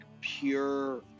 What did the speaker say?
pure